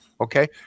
Okay